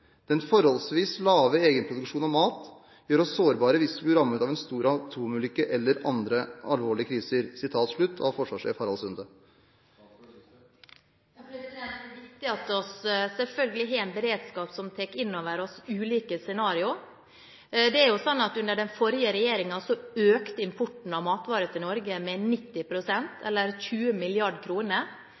Den forholdsvis lave egenproduksjonen av mat gjør oss sårbare hvis vi skulle bli rammet av en stor atomulykke eller andre alvorlige kriser.» Det er selvfølgelig viktig at vi har en beredskap som tar inn over seg ulike scenario. Det er sånn at under den forrige regjeringen økte importen av matvarer til Norge med 90 pst., eller 20